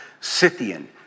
Scythian